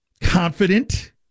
confident